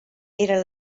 era